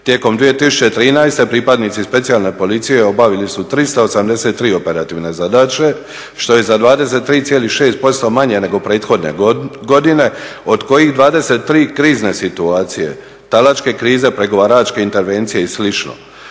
Tijekom 2013. pripadnici Specijalne policije obavili su 383 operativne zadaće, što je za 23,6% manje nego prethodne godine od kojih 23 krizne situacije, talačke krize, pregovaračke intervencije i